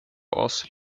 oss